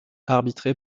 arbitré